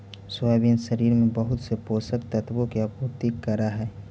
soybean शरीर में बहुत से पोषक तत्वों की आपूर्ति करअ हई